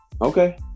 Okay